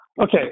Okay